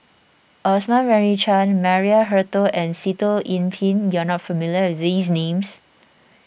Osman Merican Maria Hertogh and Sitoh Yih Pin you are not familiar with these names